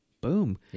boom